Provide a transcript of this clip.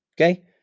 Okay